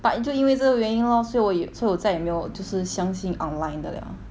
but into 因为这个原因 lor 所以我所以我再也没有就是相信 online 的 liao